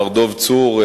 מר דב צור,